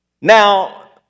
Now